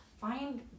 find